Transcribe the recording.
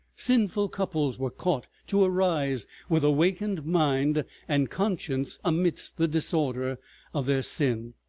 sinful couples, were caught, to arise with awakened mind and conscience amidst the disorder of their sin.